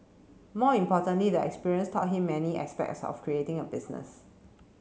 more importantly the experience taught him many aspects of creating a business